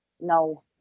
No